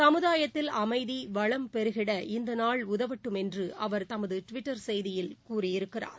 சமுதாயத்தில் அமைதி வளம் பெருகிட இந்த நாள் உதவட்டும் என்று அவர் தமது டுவிட்டர் செய்தியில் கூறியிருக்கிறார்